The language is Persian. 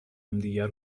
همدیگر